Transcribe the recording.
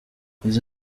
izi